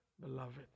beloved